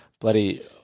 bloody